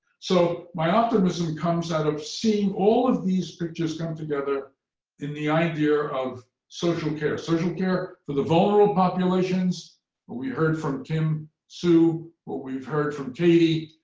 so my optimism comes out of seeing all of these pictures come together in the idea of social care. social care for the vulnerable populations what we heard from kim sue, what we've heard from katie,